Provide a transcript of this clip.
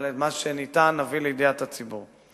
אבל מה שניתן נביא לידיעת הציבור.